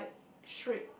strict